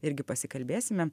irgi pasikalbėsime